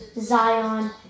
Zion